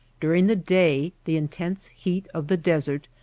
during the day the intense heat of the desert,